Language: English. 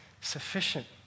sufficient